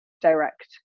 direct